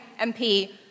MP